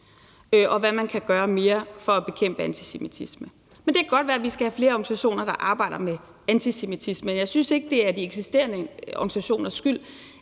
om, hvad man kan gøre mere for at bekæmpe antisemitisme, men det kan godt være, at vi skal have flere organisationer, der arbejder med antisemitisme. Jeg synes ikke, at det er de eksisterende organisationers skyld,